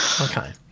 Okay